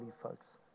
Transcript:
folks